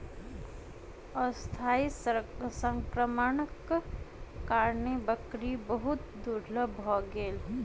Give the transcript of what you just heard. अस्थायी संक्रमणक कारणेँ बकरी बहुत दुर्बल भ गेल